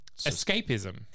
Escapism